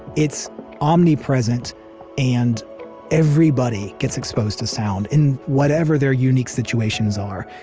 it's omnipresent and everybody gets exposed to sound in whatever their unique situations are.